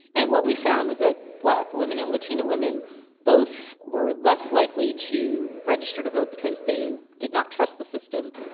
and what we found was that black women and latino women both were less likely to register to vote because they did not trust the system,